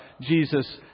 Jesus